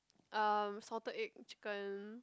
uh salted egg chicken